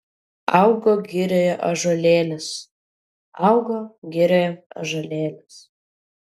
augo girioje ąžuolėlis augo girioje ąžuolėlis